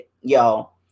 y'all